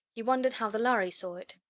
he wondered how the lhari saw it.